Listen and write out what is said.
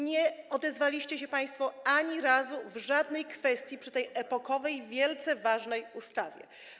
Nie odezwaliście się państwo ani razu, w żadnej kwestii, przy tej epokowej, wielce ważnej ustawie.